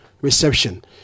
reception